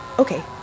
Okay